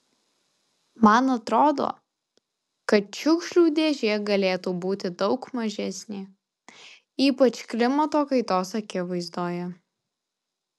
man atrodo kad šiukšlių dėžė galėtų būti daug mažesnė ypač klimato kaitos akivaizdoje